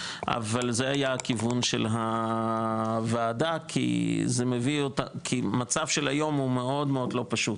אבל זה היה הכיוון של הוועדה כי המצב של היום הוא מאוד לא פשוט,